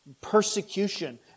persecution